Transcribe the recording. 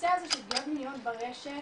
הנושא הזה של פגיעות מיניות ברשת